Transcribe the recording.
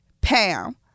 Pam